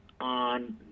on